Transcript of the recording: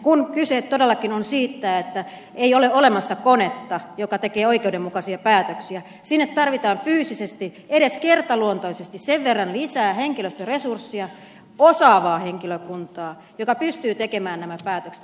kun kyse todellakin on siitä että ei ole olemassa konetta joka tekee oikeudenmukaisia päätöksiä sinne tarvitaan fyysisesti edes kertaluontoisesti sen verran lisää henkilöstöresurssia osaavaa henkilökuntaa joka pystyy tekemään nämä päätökset